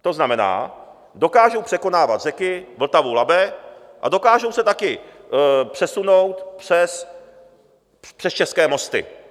To znamená, dokážou překonávat řeky, Vltavu, Labe a dokážou se taky přesunout přes české mosty.